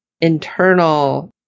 internal